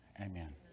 Amen